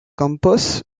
campos